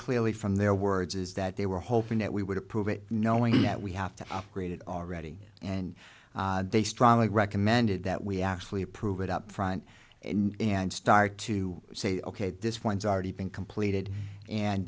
clearly from their words is that they were hoping that we would approve it knowing that we have to upgrade it already and they strongly recommended that we actually approve it up front and start to say ok this one's already been completed and